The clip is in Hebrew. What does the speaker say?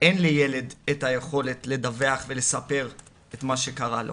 אין לילד את היכולת לדווח ולספר את מה שקרה לו.